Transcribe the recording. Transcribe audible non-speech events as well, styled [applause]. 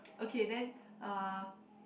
[noise] okay then uh